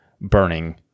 burning